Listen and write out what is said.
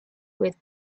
with